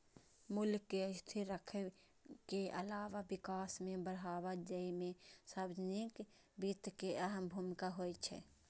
मूल्य कें स्थिर राखै के अलावा विकास कें बढ़ावा दै मे सार्वजनिक वित्त के अहम भूमिका होइ छै